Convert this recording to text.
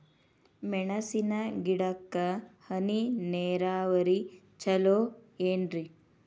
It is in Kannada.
ಮೆಣಸಿನ ಗಿಡಕ್ಕ ಹನಿ ನೇರಾವರಿ ಛಲೋ ಏನ್ರಿ?